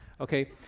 okay